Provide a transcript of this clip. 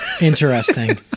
Interesting